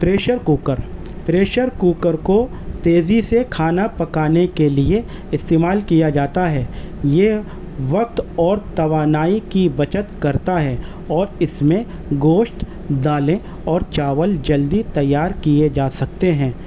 pressure cooker pressure cooker کو تیزی سے کھانا پکانے کے لیے استعمال کیا جاتا ہے یہ وقت اور توانائی کی بچت کرتا ہے اور اس میں گوشت ڈالیں اور چاول جلدی تیار کیے جا سکتے ہیں